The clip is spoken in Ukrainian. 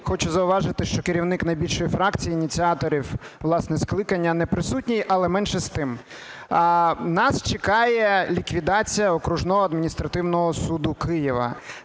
Хочу зауважити, що керівник найбільшої фракції ініціаторів, власне, скликання не присутній. Але менше з тим, нас чекає ліквідація Окружного адміністративного суду Києва.